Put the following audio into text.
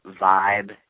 vibe